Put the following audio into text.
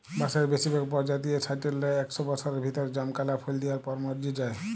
বাঁসের বেসিরভাগ পজাতিয়েই সাট্যের লে একস বসরের ভিতরে জমকাল্যা ফুল দিয়ার পর মর্যে যায়